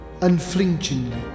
unflinchingly